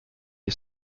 les